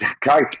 guys